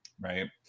right